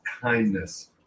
kindness